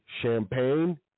Champagne